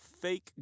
fake